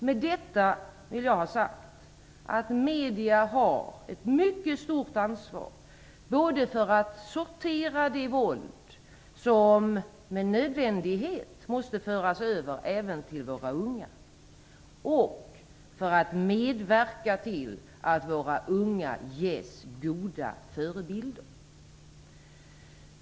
Med detta vill jag ha sagt att medierna har ett mycket stort ansvar både för att sortera det våld som med nödvändighet måste föras över även till våra unga och för att medverka till att våra unga ges goda förebilder.